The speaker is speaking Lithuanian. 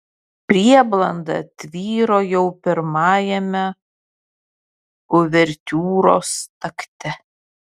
prieblanda tvyro jau pirmajame uvertiūros takte